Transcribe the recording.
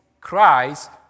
Christ